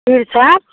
तीर छाप